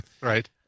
Right